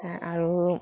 আৰু